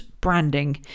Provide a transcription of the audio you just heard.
branding